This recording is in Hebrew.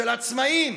של עצמאים